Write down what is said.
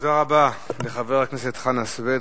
תודה רבה לחבר הכנסת חנא סוייד.